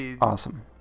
awesome